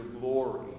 glory